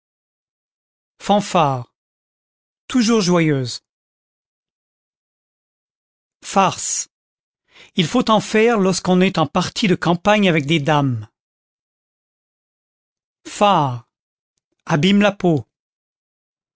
fanfare toujours joyeuse farce il faut en faire lorsqu'on est en partie de campagne avec des dames fard abîme la peau